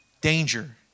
danger